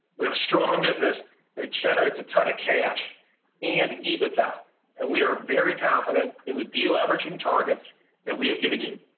we have a strong business that generates a ton of cash and ebitda and we are very confident in the deleveraging targets that we have given you.